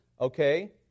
Okay